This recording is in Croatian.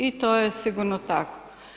I to je sigurno tako.